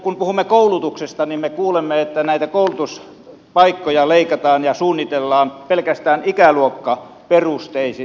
kun puhumme koulutuksesta me kuulemme että koulutuspaikkoja leikataan ja suunnitellaan pelkästään ikäluokkaperusteella